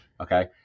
Okay